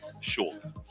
Sure